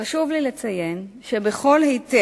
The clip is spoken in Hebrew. ב-18